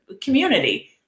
community